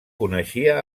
coneixia